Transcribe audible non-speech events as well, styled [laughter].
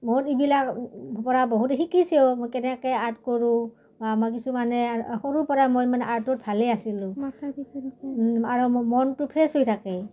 বহুত এইবিলাক পৰা বহুত শিকিছোঁ মই কেনেকে আৰ্ট কৰোঁ বা [unintelligible] কিছুমানে সৰুৰ পৰা মই মানে আৰ্টত ভালেই আছিলোঁ আৰু মনটো ফ্ৰেছ হৈ থাকে